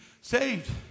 saved